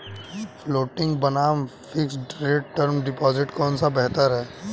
Floating बनाम fixed rate term deposit कौन सा बेहतर है?